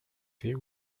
they